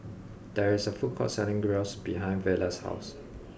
there is a food court selling Gyros behind Vela's house